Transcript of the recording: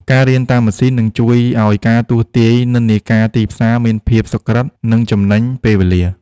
ការរៀនតាមម៉ាស៊ីននឹងជួយឱ្យការទស្សន៍ទាយនិន្នាការទីផ្សារមានភាពសុក្រិត និងចំណេញពេលវេលា។